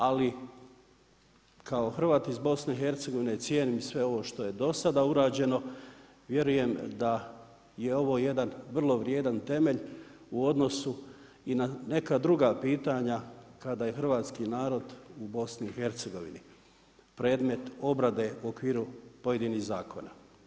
Ali kao Hrvat iz BiH cijenim sve ovo što je do sada urađeno, vjerujem da je ovo jedan vrlo vrijedan temelj u odnosu i na neka druga pitanja kada je hrvatski narod u BiH predmet obrade u okviru pojedinih zakona.